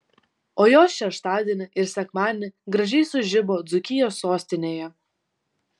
o jos šeštadienį ir sekmadienį gražiai sužibo dzūkijos sostinėje